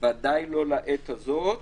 ודאי לא לעת הזאת.